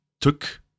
took